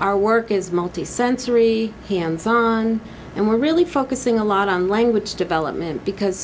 our work is multisensory hands on and we're really focusing a lot on language development because